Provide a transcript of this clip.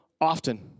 often